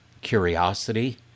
curiosity